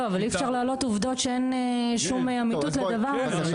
אבל אי אפשר להעלות עובדות שאין שום אמיתות לדבר הזה.